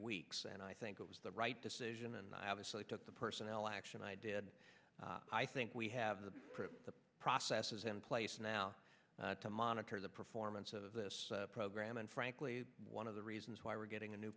weeks and i think it was the right decision and i obviously took the personnel action i did i think we have the processes in place now to monitor the performance of this program and frankly one of the reasons why we're getting a new